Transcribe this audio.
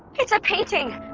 it's a painting!